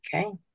Okay